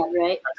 right